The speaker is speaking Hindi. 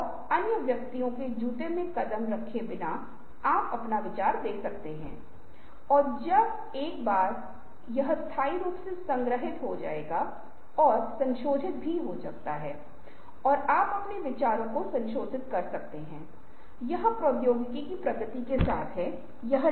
मुझे उम्मीद है कि यह कई संदर्भों में बहुत सार्थक होगा जहां आप अन्य लोगों के साथ व्यवहार करेंगे आपको जल्द से जल्द नए विचारों के साथ आना होगा और मुझे उम्मीद है कि इनमें से कुछ चीजें जो आप ऊपर नहीं जानते थे तो आपकी मदद सार्थक से करेंगे